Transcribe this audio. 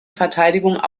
verteidigung